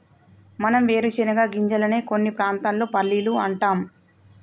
మనం వేరుశనగ గింజలనే కొన్ని ప్రాంతాల్లో పల్లీలు అంటాం